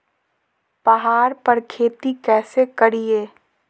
पहाड़ पर खेती कैसे करीये?